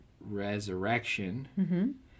resurrection